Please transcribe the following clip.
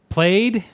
Played